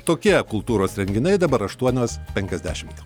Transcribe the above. tokie kultūros renginiai dabar aštuonios penkiasdešimt